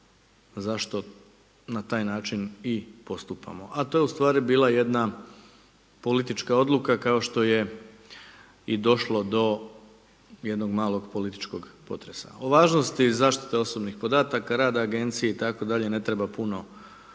zašto na taj način i postupamo. A to je ustvari bila jedna politička odluka kao što je i došlo do jednog malog političkog potresa. O važnosti zaštite osobnih podataka, rada Agencije itd. ne treba puno